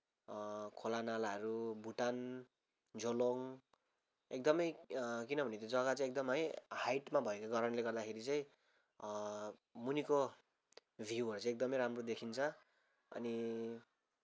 खोला नालाहरू भुटान झोलोङ एकदमै किनभने त्यो जग्गा चाहिँ एकदम है हाइटमा भएको कारणले गर्दाखेरि चाहिँ मुनिको भ्युहरू एकदमै राम्रो देखिन्छ अनि